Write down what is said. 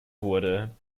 wurde